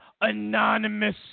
anonymous